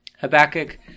Habakkuk